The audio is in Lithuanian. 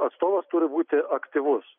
atstovas turi būti aktyvus